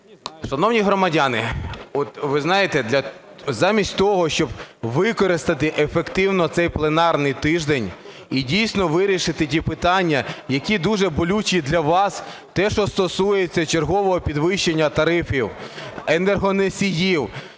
Шановні громадяни, от ви знаєте, замість того, щоб використати ефективно цей пленарний тиждень і дійсно вирішити ті питання, які дуже болючі для вас: те, що стосується чергового підвищення тарифів енергоносіїв,